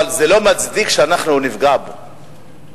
אבל זה לא מצדיק שאנחנו נפגע בו.